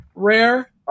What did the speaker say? rare